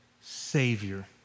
Savior